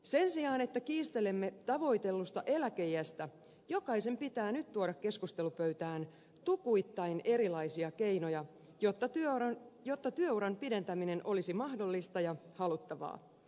sen sijaan että kiistelemme tavoitellusta eläkeiästä jokaisen pitää nyt tuoda keskustelupöytään tukuittain erilaisia keinoja jotta työuran pidentäminen olisi mahdollista ja haluttavaa